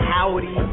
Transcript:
Howdy